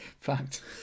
Fact